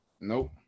nope